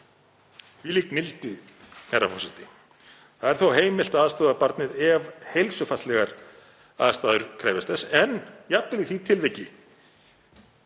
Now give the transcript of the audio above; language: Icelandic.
Þvílík mildi, herra forseti. Það er þó heimilt að aðstoða barnið ef heilsufarslegar aðstæður krefjast þess en jafnvel í því tilviki